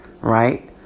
Right